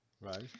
Right